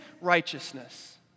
righteousness